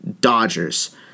Dodgers